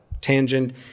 tangent